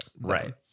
right